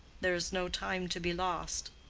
there is no time to be lost.